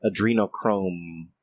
adrenochrome